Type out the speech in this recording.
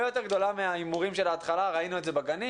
יותר גדולה מההימורים של ההתחלה ראינו את זה בגנים,